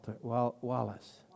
Wallace